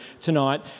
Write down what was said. tonight